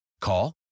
Call